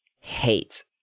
hate